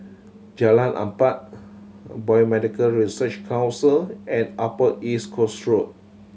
Jalan Empat Biomedical Research Council and Upper East Coast Road